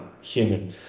human